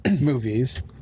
movies